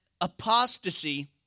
apostasy